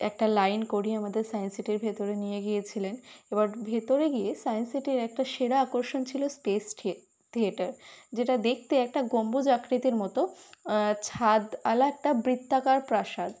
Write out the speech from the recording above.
একটা লাইন করিয়ে আমাদের সায়েন্স সিটির ভেতরে নিয়ে গিয়েছিলেন এবার ভেতরে গিয়ে সায়েন্স সিটির একটা সেরা আকর্ষণ ছিল স্পেস ঠিয়ে থিয়েটার যেটা দেখতে একটা গম্বুজাকৃতির মতো ছাদওয়ালা একটা বৃত্তাকার প্রাসাদ